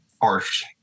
harsh